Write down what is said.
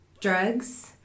drugs